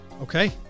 Okay